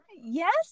Yes